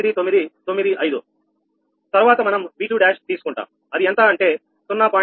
9995 తర్వాత మనం v21 తీసుకుంటాం అది ఎంత అంటే 0